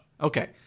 Okay